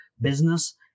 business